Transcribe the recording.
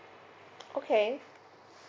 okay